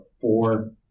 four